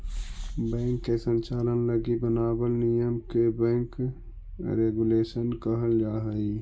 bank के संचालन लगी बनावल नियम के बैंक रेगुलेशन कहल जा हइ